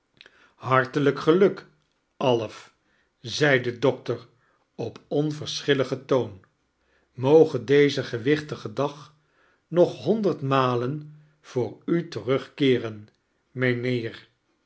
barteljjk geluk alf zei de doctor op onverschililigen toon moge deze gewichtige dag nog honderd malen voor u terugkeeren